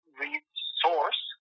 resource